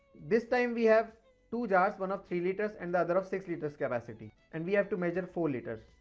this time we have two jars, one of three litres and other of six litres capacity and we have to measure four litres.